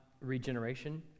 regeneration